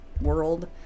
world